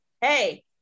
hey